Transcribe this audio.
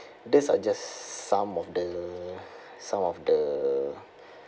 these are just some of the some of the